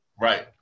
Right